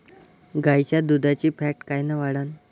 गाईच्या दुधाची फॅट कायन वाढन?